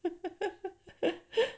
I